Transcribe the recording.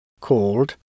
called